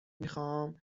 میخام